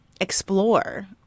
explore